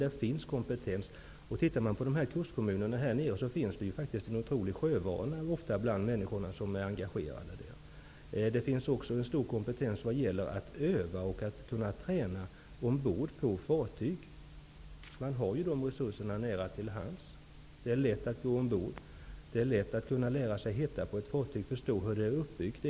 Det finns kompetens och en otrolig sjövana bland de människor som är engagerade och som bor i kustkommunerna. Det finns även en stor kompetens när det gäller att öva och att träna ombord på fartyg. Man har dessa resurser nära till hands. Det är lätt att gå ombord och att lära sig att hitta på ett fartyg och förstå hur det är uppbyggt.